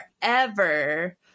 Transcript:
forever